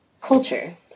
culture